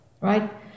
right